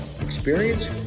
experience